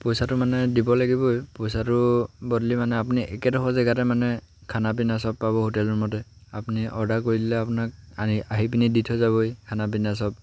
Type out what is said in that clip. পইচাটো মানে দিব লাগিবই পইচাটোৰ বদলি মানে আপুনি একেডোখৰ জেগাতে মানে খানা পিনা চব পাব হোটেল ৰুমতে আপুনি অৰ্ডাৰ কৰি দিলে আপোনাক আনি আহি পিনি দি থৈ যাবহি খানা পিনা চব